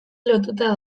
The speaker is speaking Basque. lotuta